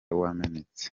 wamenetse